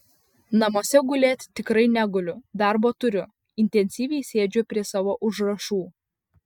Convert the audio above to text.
namuose gulėt tikrai neguliu darbo turiu intensyviai sėdžiu prie savo užrašų